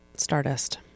Stardust